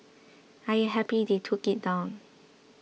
I am happy they took it down